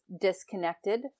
disconnected